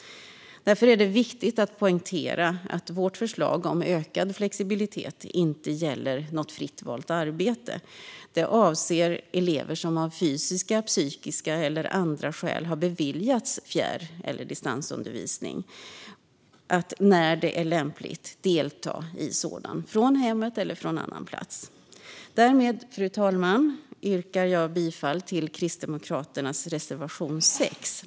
Därför är det viktigt att poängtera att vårt förslag om ökad flexibilitet inte gäller något fritt valt arbete utan avser elever som av fysiska, psykiska eller andra skäl har beviljats att, när det är lämpligt, delta i fjärr eller distansundervisning från hemmet eller från annan plats. Därmed, fru talman, yrkar jag bifall till Kristdemokraternas reservation 6.